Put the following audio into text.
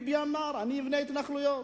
ביבי אמר: אני אבנה התנחלויות.